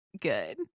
good